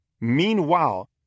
Meanwhile